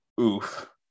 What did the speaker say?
Oof